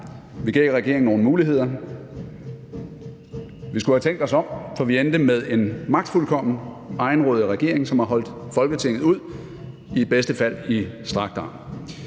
Vi gav regeringen nogle muligheder. Vi skulle have tænkt os om, for vi endte med en magtfuldkommen, egenrådig regering, som har holdt Folketinget ud i bedste fald i strakt arm;